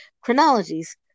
chronologies